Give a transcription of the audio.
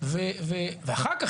ואחר כך,